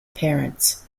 parents